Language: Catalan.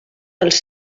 als